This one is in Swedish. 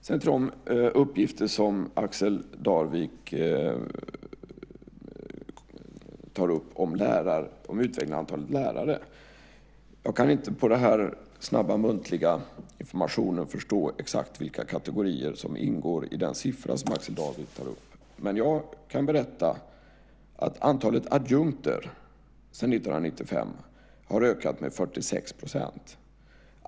Så något om Axel Darviks uppgifter om utvecklingen av antalet lärare. Jag kan inte på den här snabba muntliga informationen förstå exakt vilka kategorier som ingår i den siffra som Axel Darvik nämner. Jag kan berätta att antalet adjunkter har ökat med 46 % sedan 1995.